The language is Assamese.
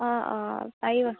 অঁ অঁ পাৰিব